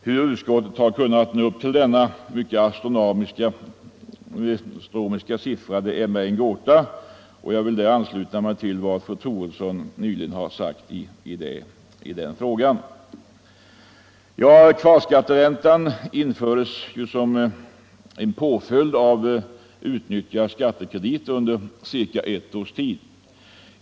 Hur utskottet har kunnat nå upp till denna astronomiska siffra är för mig en gåta. Jag vill därvidlag ansluta mig till vad fru Troedsson nyss har sagt. Kvarskatteräntan infördes ju som en påföljd av utnyttjad skattekredit under cirka ett års tid.